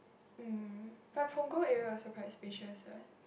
um but Punggol area also quite spacious [what]